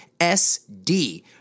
SD